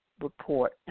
report